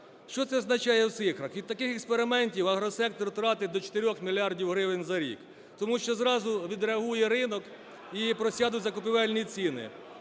Що це означає в цифрах? І в таких експериментах агросектор тратить до 4 мільярдів гривень за рік, тому що зразу відреагує ринок і просядуть закупівельні ціни.